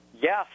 yes